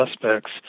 suspects